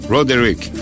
Roderick